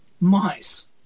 Mice